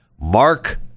Mark